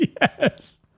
Yes